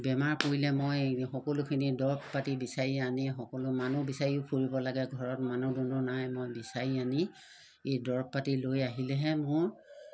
বেমাৰ পৰিলে মই সকলোখিনি দৰৱ পাতি বিচাৰি আনি সকলো মানুহ বিচাৰিও ফুৰিব লাগে ঘৰত মানুহ দুনো নাই মই বিচাৰি আনি এই দৰৱ পাতি লৈ আহিলেহে মোৰ